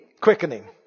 quickening